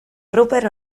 ruper